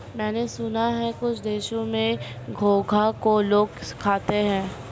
मैंने सुना है कुछ देशों में घोंघा को लोग खाते हैं